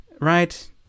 right